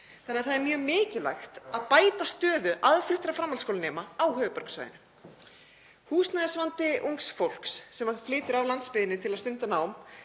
Þannig að það er mjög mikilvægt að bæta stöðu aðfluttra framhaldsskólanema á höfuðborgarsvæðinu. Húsnæðisvandi ungs fólks sem flytur af landsbyggðinni til að stunda nám